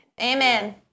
Amen